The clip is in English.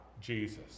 Jesus